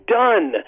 done